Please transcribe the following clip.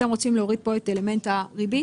אתם רוצים להוריד פה את אלמנט הריבית?